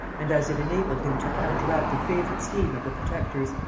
and as it enabled him to counteract a favorite scheme of the protector's,